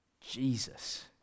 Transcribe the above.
Jesus